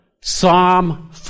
Psalm